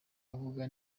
avuga